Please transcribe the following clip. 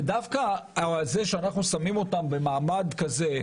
ודווקא זה שאנחנו שמים אותם במעמד כזה,